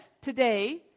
today